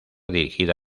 dirigida